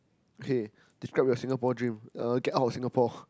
okay describe your Singapore dream uh get out of Singapore